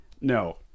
No